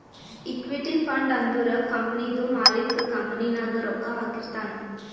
equity fund ಅಂದುರ್ ಕಂಪನಿದು ಮಾಲಿಕ್ಕ್ ಕಂಪನಿ ನಾಗ್ ರೊಕ್ಕಾ ಹಾಕಿರ್ತಾನ್